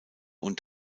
und